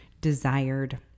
desired